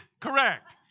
Correct